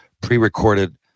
pre-recorded